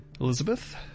Elizabeth